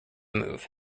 move